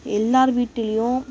எல்லார் வீட்டுலையும்